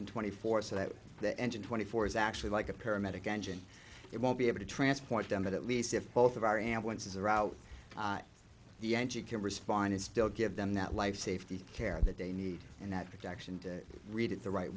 engine twenty four so that the engine twenty four is actually like a paramedic engine it won't be able to transport them but at least if both of our ambulances are out the engine can respond it's still give them that life safety care that they need and that protection and read it the right